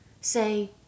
say